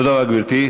תודה רבה, גברתי.